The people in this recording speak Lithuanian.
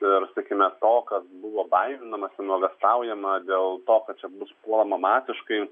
ir sakykime to kas buvo baiminamasi nuogąstaujama dėl to kad čia bus puolama masiškai